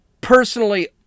personally